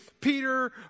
Peter